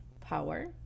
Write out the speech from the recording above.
power